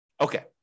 Okay